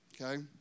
Okay